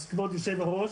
אז כבוד היושב ראש,